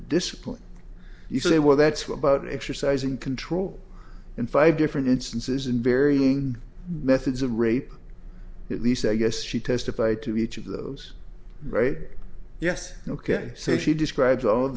discipline you say well that's what about exercising control in five different instances and varying methods of rape at least i guess she testified to each of those right yes ok say she describes all